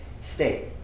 state